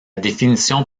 définition